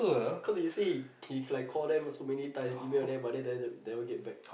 cause he say he like call them so many times email them but then they never get back